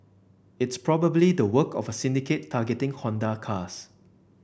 it's probably the work of a syndicate targeting Honda cars